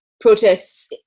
protests